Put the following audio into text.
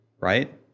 right